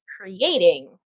creating